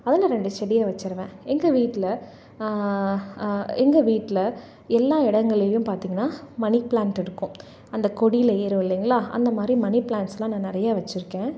அதில் ரெண்டு செடியை வச்சுருவேன் எங்கள் வீட்டில் எங்கள் வீட்டில் எல்லா இடங்கள்லையும் பார்த்தீங்கன்னா மணி பிளான்ட் இருக்கும் அந்த கொடியில் ஏறும் இல்லைங்களா அந்த மாதிரி மணி பிளான்ட்ஸெலாம் நான் நிறையா வச்சுருக்கேன்